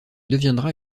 deviendra